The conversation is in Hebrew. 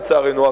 לצערנו,